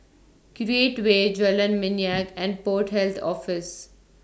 Create Way Jalan Minyak and Port Health Office